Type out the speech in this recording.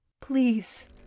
please